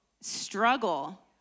struggle